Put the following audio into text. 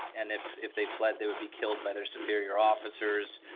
and if if they fled they would be killed by their superior officers,